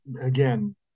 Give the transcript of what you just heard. again